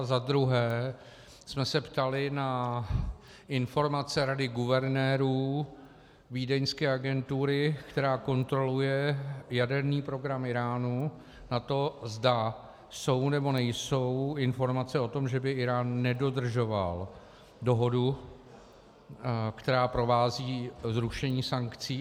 Za druhé jsme se ptali na informace rady guvernérů vídeňské agentury, která kontroluje jaderný program Íránu, na to, zda jsou, nebo nejsou informace o tom, že by Írán nedodržoval dohodu, která provází zrušení sankcí.